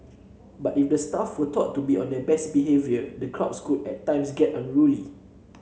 but if the staff were taught to be on their best behaviour the crowds could at times get unruly